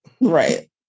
Right